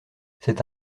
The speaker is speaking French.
c’est